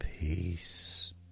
peace